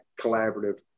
collaborative